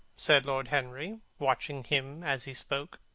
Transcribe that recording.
said lord henry, watching him as he spoke.